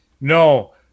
no